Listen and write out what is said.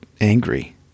angry